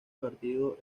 partido